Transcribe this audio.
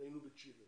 היינו בצ'ילה